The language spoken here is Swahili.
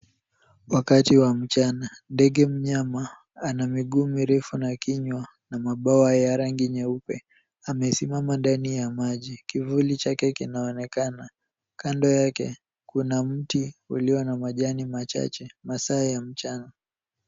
Wakaaji wa mchana, ndege myama ana miguu mirefu na kinywa na mabawa ya rangi nyeupe amesimama ndani ya maji kivuli chake kinaonekana. Kando yake kuna mti uliona majani machache masaa ya mchana.